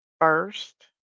first